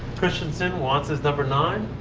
kristensen wants his number nine.